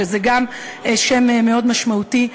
שזה גם שם מאוד משמעותי.